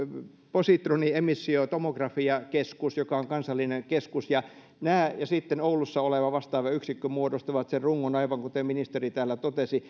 positroniemissiotomografiakeskus joka on kansallinen keskus nämä ja sitten oulussa oleva vastaava yksikkö muodostavat sen rungon aivan kuten ministeri täällä totesi